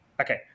Okay